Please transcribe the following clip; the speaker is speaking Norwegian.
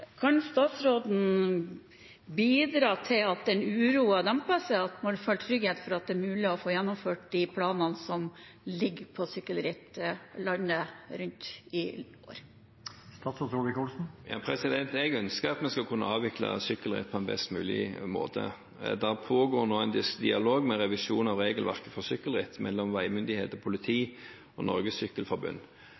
Kan statsråden bidra til at den uroen demper seg, at man føler trygghet for at det er mulig å få gjennomført de planene som er når det gjelder sykkelritt landet rundt i år? Jeg ønsker at vi skal kunne avvikle sykkelritt på en best mulig måte. Det pågår nå en dialog med revisjon av regelverket for sykkelritt mellom veimyndigheter, politi